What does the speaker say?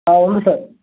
ఉంది సార్